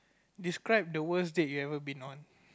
describe the worst date you ever been on